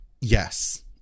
Yes